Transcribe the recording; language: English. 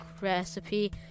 recipe